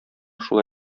шул